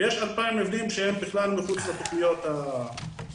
ויש 2,000 מבנים שהם בכלל מחוץ לתכניות המתאר,